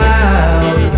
out